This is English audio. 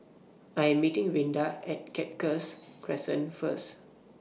I Am meeting Rinda At Cactus Crescent First